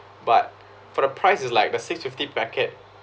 but for the price it's like the six fifty packet